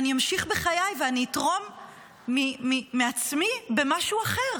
אני אמשיך בחיי ואני אתרום מעצמי במשהו אחר.